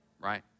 right